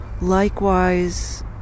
likewise